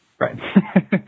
Right